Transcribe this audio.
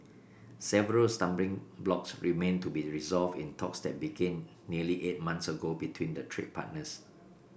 several stumbling blocks remain to be resolved in talks that began nearly eight months ago between the trade partners